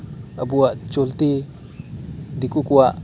ᱟᱵᱩᱣᱟᱜ ᱪᱟᱞᱟᱜ ᱠᱟᱱ ᱫᱤᱠᱩ ᱠᱚᱣᱟᱜ